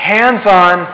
hands-on